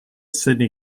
sydney